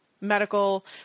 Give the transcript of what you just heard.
medical